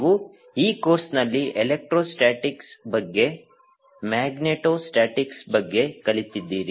ನೀವು ಈ ಕೋರ್ಸ್ನಲ್ಲಿ ಎಲೆಕ್ಟ್ರೋಸ್ಟಾಟಿಕ್ಸ್ ಬಗ್ಗೆ ಮ್ಯಾಗ್ನೆಟೋಸ್ಟಾಟಿಕ್ಸ್ ಬಗ್ಗೆ ಕಲಿತಿದ್ದೀರಿ